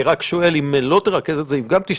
אני שואל: אם לא תרכז את זה, אם גם תשתתף?